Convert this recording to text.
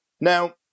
Now